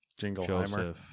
Jingleheimer